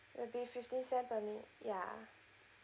will be fifty cents per minute ya